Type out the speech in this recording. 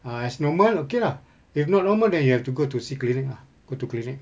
ah as normal okay lah if not normal then you have to go to see clinic lah go to clinic